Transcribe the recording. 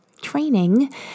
training